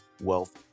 wealth